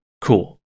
cool